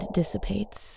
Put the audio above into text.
dissipates